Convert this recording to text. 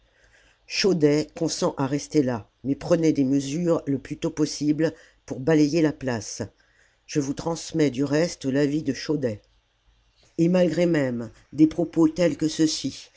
chaudey consent à rester là mais prenez des mesures le plus tôt possible pour balayer la place je vous transmets du reste l'avis de chaudey et malgré même des propos tels que ceux-ci